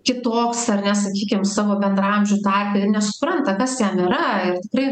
kitoks ar ne sakykim savo bendraamžių tarpe ir nesupranta kas jam yra ir tikrai